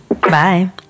Bye